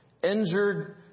Injured